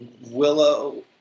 Willow